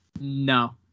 No